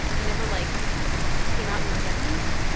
it never like came out in resentment.